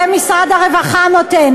את זה משרד הרווחה נותן.